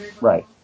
Right